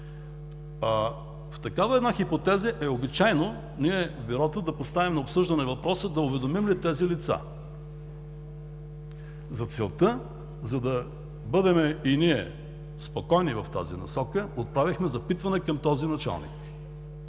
в такава една хипотеза е обичайно, ние в Бюрото да поставим на обсъждане въпроса да уведомим ли тези лица? За целта, за да бъдем и ние спокойни в тази насока, отправихме запитване към този началник